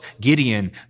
Gideon